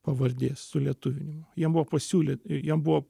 pavardės sulietuvinimo jam buvo pasiūlyta jam buvo